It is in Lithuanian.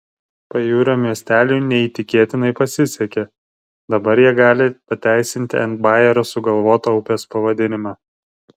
pajūrio miesteliui neįtikėtinai pasisekė dabar jie gali pateisinti ant bajerio sugalvotą upės pavadinimą